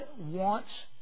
wants